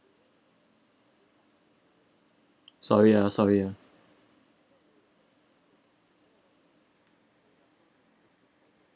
sorry ah sorry ah